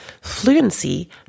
fluency